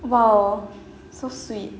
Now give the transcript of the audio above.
!wow! so sweet